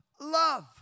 love